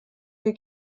wir